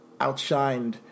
outshined